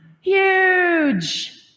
Huge